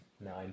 Nine